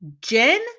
Jen